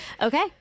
Okay